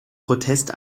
protest